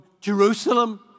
Jerusalem